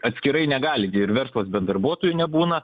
atskirai negali gi ir verslas be darbuotojų nebūna